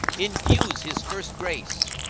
infuse his first grace,